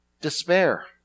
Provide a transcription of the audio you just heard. despair